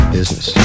business